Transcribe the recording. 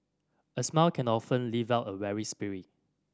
a smile can often lift out a weary spirit